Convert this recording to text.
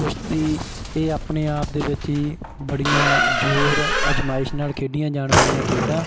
ਕੁਸ਼ਤੀ ਇਹ ਆਪਣੇ ਆਪ ਦੇ ਵਿੱਚ ਹੀ ਬੜੀਆਂ ਜੋਰ ਅਜਮਾਇਸ਼ ਨਾਲ ਖੇਡੀਆਂ ਜਾਣ ਵਾਲੀਆਂ ਖੇਡਾਂ